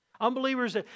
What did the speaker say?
Unbelievers